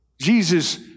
Jesus